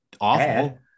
awful